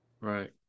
Right